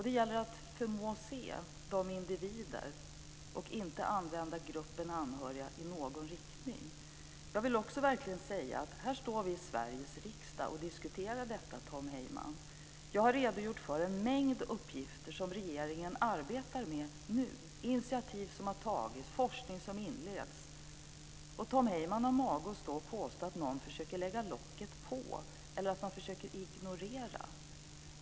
Det gäller att förmå sig att se individer, och inte använda "gruppen anhöriga" i någon riktning. Här står vi i Sveriges riksdag och diskuterar detta. Jag har redogjort för en mängd uppgifter som regeringen arbetar med nu, initiativ som har tagits och forskning som inleds. Tom Heyman har mage att påstå att någon försöker lägga locket på eller försöker ignorera.